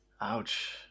ouch